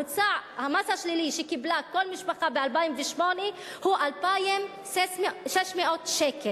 ממוצע המס השלילי שקיבלה כל משפחה ב-2008 הוא 2,600 שקל.